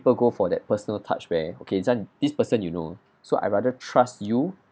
~ple go for that personal touch where okay chan this person you know so I rather trust you